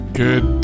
good